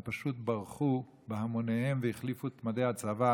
הם פשוט ברחו בהמוניהם והחליפו את מדי הצבא